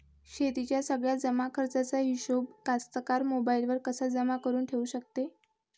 शेतीच्या सगळ्या जमाखर्चाचा हिशोब कास्तकार मोबाईलवर कसा जमा करुन ठेऊ शकते?